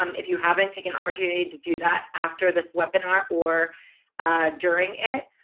um if you haven't taken opportunity to do that after this webinar or during it.